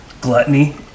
gluttony